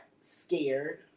scared